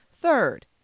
Third